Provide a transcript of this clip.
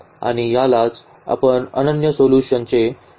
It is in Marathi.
आणि यालाच आपण अनन्य सोल्यूशनचे केस म्हणतो